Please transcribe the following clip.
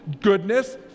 goodness